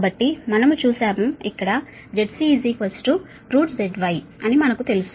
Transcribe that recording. కాబట్టి మనము చూశాము ఇక్కడ ZC ZY అని మనకు తెలుసు